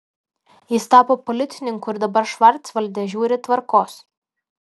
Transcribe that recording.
jis tapo policininku ir dabar švarcvalde žiūri tvarkos